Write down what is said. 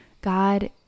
God